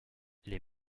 les